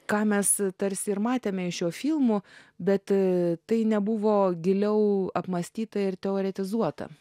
ką mes tarsi ir matėme iš jo filmų bet tai nebuvo giliau apmąstyta ir teoretizuota